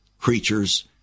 creatures